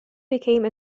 became